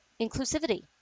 inclusivity